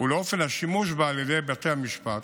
ולאופן השימוש בה על ידי בתי המשפט.